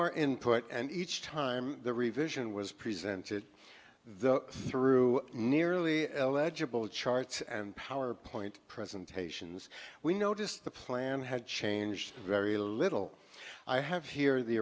more input and each time the revision was presented the through nearly legible charts and powerpoint presentations we noticed the plan had changed very little i have here the